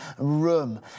room